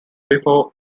before